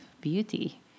beauty